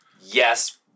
yes